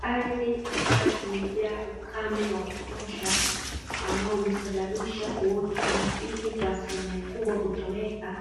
Ardhi ambayo imejaa ukame wa kutosha ambao umesababisha uoto wa asili kwa asilimia kubwa kutoweka,